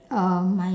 uh my